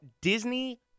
Disney